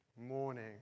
morning